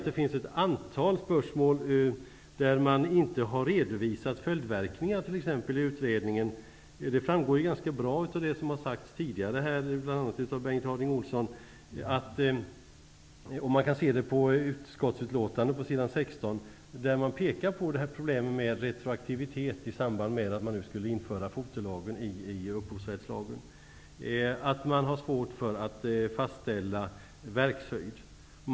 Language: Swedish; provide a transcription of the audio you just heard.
Det finns ett antal spörsmål där man inte har redovisat följdverkningar i utredningen. Det framgår ganska bra av det som har sagts här tidigare, bl.a. av Bengt Harding Olson. Man kan också se det i utskottsbetänkandet på s. 16. Där pekas på problemet med retroaktivitet i samband med ett inlemmande av fotorättslagen i upphovsrättslagen. Det är svårt att fastställa verkshöjd.